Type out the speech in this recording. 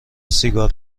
سیگار